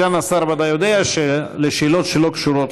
סגן השר ודאי יודע שעל שאלות שלא קשורות